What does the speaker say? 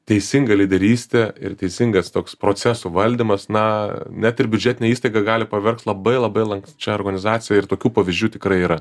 teisinga lyderystė ir teisingas toks procesų valdymas na net ir biudžetinę įstaigą gali paverst labai labai lanksčia organizacija ir tokių pavyzdžių tikrai yra